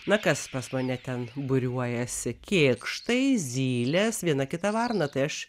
na kas pas mane ten būriuojasi kėkštai zylės viena kita varna tai aš